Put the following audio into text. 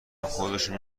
خودشو